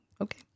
okay